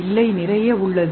இல்லைநிறைய உள்ளது